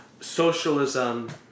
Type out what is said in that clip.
socialism